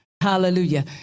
Hallelujah